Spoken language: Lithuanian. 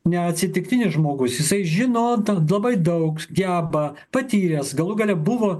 neatsitiktinis žmogus jisai žino labai daug geba patyręs galų gale buvo